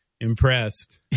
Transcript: impressed